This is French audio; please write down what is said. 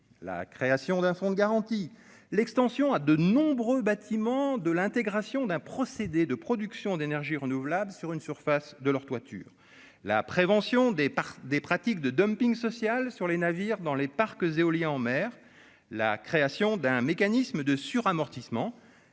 la création d'un fonds de garantie l'extension à de nombreux bâtiments de l'intégration d'un procédé de production d'énergie renouvelable, sur une surface de leur toiture, la prévention des par des pratiques de dumping social sur les navires dans les parcs éoliens en mer, la création d'un mécanisme de suramortissement